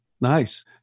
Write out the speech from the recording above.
Nice